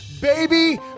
baby